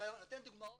אני נותן דוגמאות